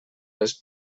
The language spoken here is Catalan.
les